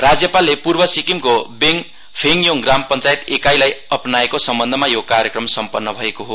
राज्यपालले पूर्व सिक्किमको बेङ फेङयोङ ग्राम पञ्चायत एकाईलाई अपनाएको सम्बन्धमा यो कार्यक्रम सम्पन्न भएको हो